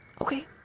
Okay